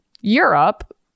Europe